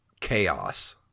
chaos